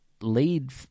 lead